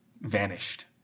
vanished